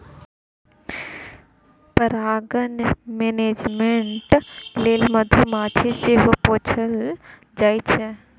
परागण मेनेजमेन्ट लेल मधुमाछी सेहो पोसल जाइ छै